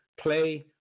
Play